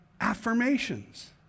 affirmations